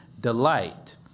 delight